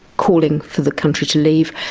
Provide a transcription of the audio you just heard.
calling for the country to leave.